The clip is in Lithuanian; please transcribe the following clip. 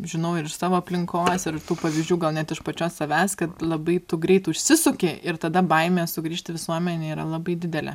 žinau ir iš savo aplinkos ir tų pavyzdžių gal net iš pačios savęs kad labai tu greit užsisuki ir tada baimė sugrįžt į visuomenę yra labai didelė